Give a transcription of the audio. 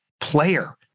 player